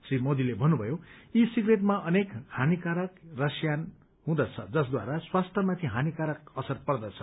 श्री मोदीले भन्नुभयो ई सिप्रेटमा अनेक हानिकारक रसायन हुँदछ जसद्वारा स्वास्थ्यमाथि हानिकारक असर पर्दछ